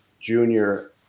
junior